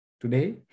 Today